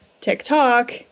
TikTok